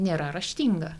nėra raštinga